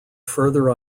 further